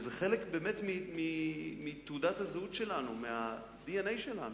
וזה חלק באמת מתעודת הזהות שלנו, מה-DNA שלנו.